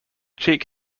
cheek